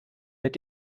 mit